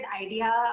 idea